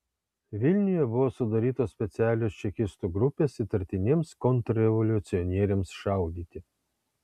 vilniuje buvo sudarytos specialios čekistų grupės įtartiniems kontrrevoliucionieriams šaudyti